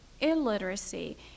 illiteracy